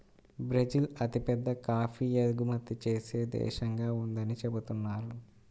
Brazil అతిపెద్ద coffee ఎగుమతి చేసే దేశంగా ఉందని చెబుతున్నారు